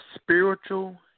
spiritual